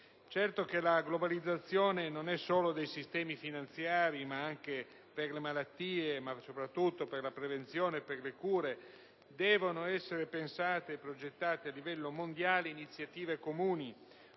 certo che la globalizzazione non riguarda solo i sistemi finanziari, ma anche le malattie e soprattutto la prevenzione e le cure. Devono dunque essere pensate e progettate a livello mondiale iniziative comuni: